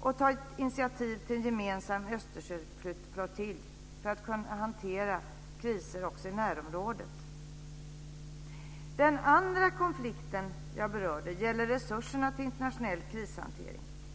och ta initiativ till en gemensam Östersjöflottilj för att kunna hantera kriser också i närområdet. Den andra konflikten som jag berör gäller resurserna till internationell krishantering.